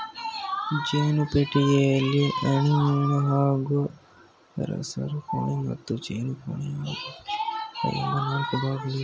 ಜೇನು ಪೆಟ್ಟಿಗೆಯಲ್ಲಿ ಅಡಿಮಣೆ ಹಾಗೂ ಸಂಸಾರಕೋಣೆ ಮತ್ತು ಜೇನುಕೋಣೆ ಹಾಗೂ ಮೇಲ್ಮುಚ್ಚಳ ಎಂಬ ನಾಲ್ಕು ಭಾಗಗಳಿವೆ